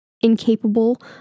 incapable